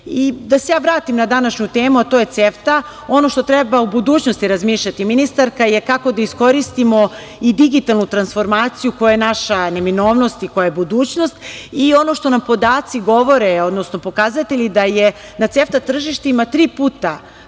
se ja vratim na današnju temu, a to je CEFTA. Ono što treba u budućnosti razmišljati, ministarka, je kako da iskoristimo i digitalnu transformaciju koja je naša neminovnost i koja je budućnost i ono što nam podaci govore, odnosno pokazatelji, da je na CEFTA tržištima tri puta